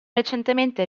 recentemente